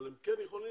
אבל הם כן יכולים